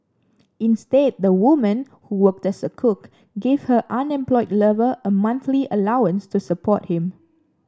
instead the woman who worked as a cook gave her unemployed lover a monthly allowance to support him